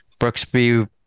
Brooksby